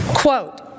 Quote